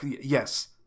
Yes